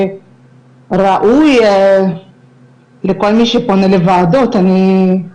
וראוי לכל מי שפונה לוועדות, אני,